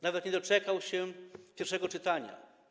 Nawet nie doczekał się pierwszego czytania.